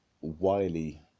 Wiley